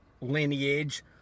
lineage